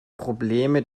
probleme